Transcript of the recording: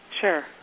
Sure